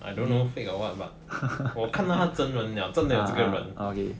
I don't know fake or [what] but 我看到他真人 liao 真的有这个人